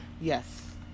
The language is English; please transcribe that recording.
Yes